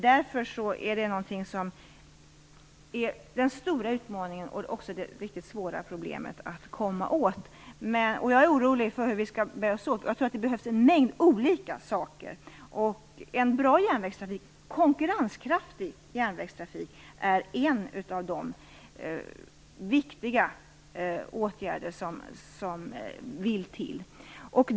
Därför är det den stora utmaningen och det riktigt svåra problemet att komma åt. Jag är orolig för hur vi skall bära oss åt. Jag tror att det behövs en mängd olika saker. En bra och konkurrenskraftig järnvägstrafik är en av de viktiga åtgärder som vill till.